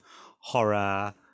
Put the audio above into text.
horror